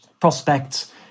prospects